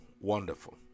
wonderful